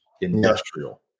industrial